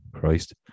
Christ